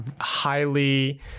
highly